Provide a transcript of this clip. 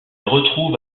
retrouve